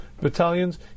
battalions